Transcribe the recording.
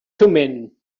thummim